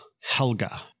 Helga